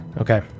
Okay